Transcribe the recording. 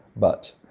but,